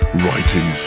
writing